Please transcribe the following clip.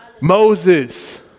Moses